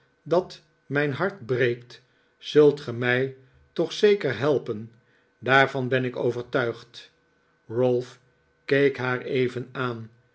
dat mijn hart breekt zult ge mij toch zeker helpen daarvan ben ik overtuigd ralph keek haar even aan